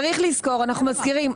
אנחנו מזכירים,